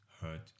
hurt